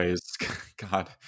God